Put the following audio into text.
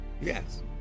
Yes